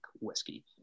whiskey